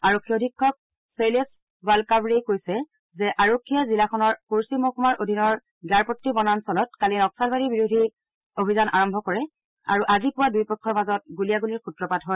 আৰক্ষী অধীক্ষক শৈলেশ বালকাৱড়েই কৈছে যে আৰক্ষীয়ে জিলাখনৰ কোৰ্চি মহকুমাৰ অধীনৰ গ্যাৰপট্টি বনাঞ্চলত কালি নক্সালবাদ বিৰোধী অভিযান আৰম্ভ কৰে আৰু আজি পুৱা দুয়ো পক্ষৰ মাজত গুলীয়াগুলীৰ স্ত্ৰপাত হয়